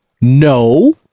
No